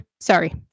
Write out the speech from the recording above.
sorry